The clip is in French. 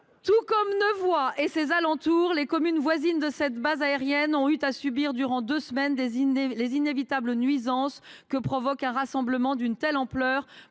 Tout comme Nevoy et ses alentours, les communes voisines de cette base aérienne ont dû subir durant deux semaines les inévitables nuisances que provoque un rassemblement d’une telle ampleur